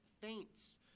faints